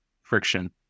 friction